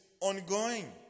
ongoing